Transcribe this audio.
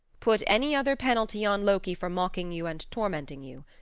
put any other penalty on loki for mocking you and tormenting you.